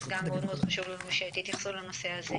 אז גם מאוד מאוד חשוב לנו שתתייחסו לנושא הזה.